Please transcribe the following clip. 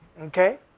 Okay